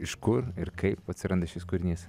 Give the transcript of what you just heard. iš kur ir kaip atsiranda šis kūrinys